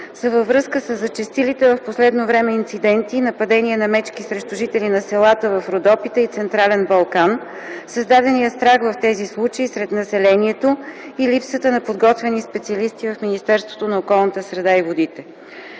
са във връзка със зачестилите в последно време инциденти – нападение на мечки срещу жители на селата в Родопите и централен Балкан, създадения страх в тези случаи сред населението и липсата на подготвени специалисти в Министерството на околната среда и водите.